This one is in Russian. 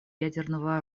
ядерного